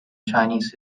chinese